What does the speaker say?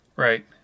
Right